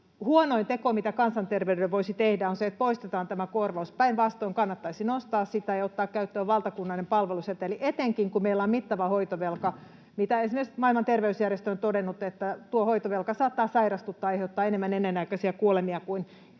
huonoin teko, mitä kansanterveydelle voisi tehdä, on se, että poistetaan tämä korvaus. Päinvastoin kannattaisi nostaa sitä ja ottaa käyttöön valtakunnallinen palveluseteli, etenkin, kun meillä on mittava hoitovelka, mistä esimerkiksi Maailman terveysjärjestö on todennut, että tuo hoitovelka saattaa sairastuttaa ja aiheuttaa enemmän ennenaikaisia kuolemia kuin